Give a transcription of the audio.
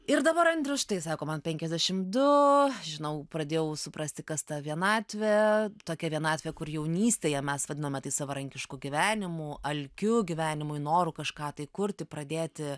ir dabar andrius štai sako man penkiasdešim du žinau pradėjau suprasti kas ta vienatvė tokia vienatvė kur jaunystėje mes vadiname tai savarankišku gyvenimu alkiu gyvenimui noru kažką tai kurti pradėti